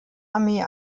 armee